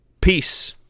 Peace